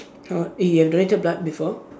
orh you have donated blood before